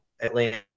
Atlanta